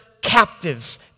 captives